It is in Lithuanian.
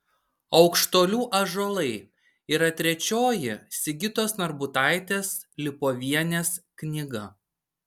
aukštuolių ąžuolai yra trečioji sigitos narbutaitės lipovienės knyga